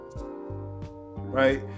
Right